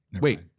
Wait